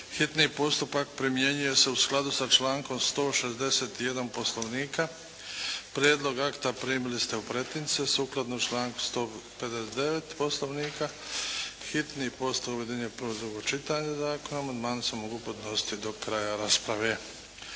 Hitni postupak primjenjuje se u skladu sa člankom 161. Poslovnika. Prijedlog akta primili ste u pretince. Sukladno članku 159. Poslovnika, hitni postupak objedinjuje prvo i drugo čitanje zakona. Amandmani se mogu podnositi do kraja rasprave.